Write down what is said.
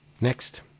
Next